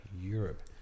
Europe